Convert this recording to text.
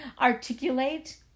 articulate